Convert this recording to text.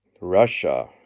Russia